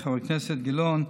חבר הכנסת גילאון,